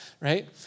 right